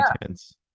intense